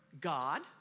God